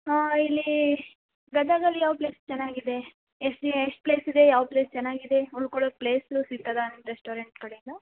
ಹಾ ಇಲ್ಲಿ ಗದಗಲ್ಲಿ ಯಾವ ಪ್ಲೇಸ್ ಚೆನ್ನಾಗಿದೆ ಎಷ್ಟು ಎಷ್ಟು ಪ್ಲೇಸ್ ಇದೆ ಯಾವ ಪ್ಲೇಸ್ ಚೆನ್ನಾಗಿದೆ ಉಳ್ಕೊಳ್ಳೊಕ್ಕೆ ಪ್ಲೇಸು ಸಿಗ್ತದಾ ರೆಸ್ಟೋರೆಂಟ್ ಕಡೆಯಿಂದ